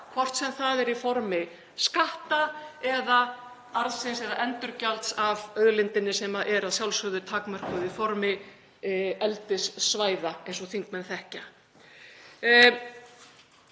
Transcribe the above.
hvort sem það er í formi skatta eða arðsins eða endurgjalds af auðlindinni, sem er að sjálfsögðu í takmörkuðu formi eldissvæða eins og þingmenn þekkja.